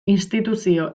instituzio